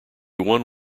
one